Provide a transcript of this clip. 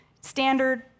standard